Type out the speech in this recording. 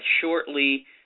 shortly